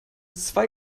zwei